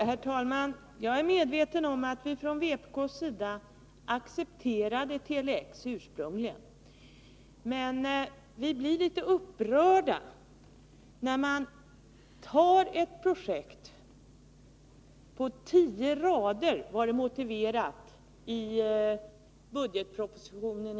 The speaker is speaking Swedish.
Herr talman! Jag är medveten om att vi från vpk:s sida ursprungligen accepterade Tele-X, men vi blir litet upprörda när man i budgetpropositionen motiverar projektet på tio rader.